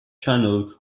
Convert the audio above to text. channels